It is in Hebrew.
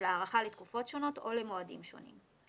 הארכה לתקופות שונות או למועדים שונים.